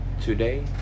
Today